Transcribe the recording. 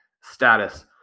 status